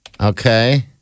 Okay